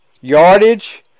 Yardage